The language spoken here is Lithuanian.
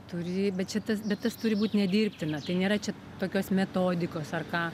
tui bet čia tas bet tas turi būt nedirbtina tai nėra čia tokios metodikos ar ką